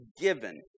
given